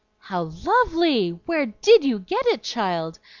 how lovely! where did you get it, child?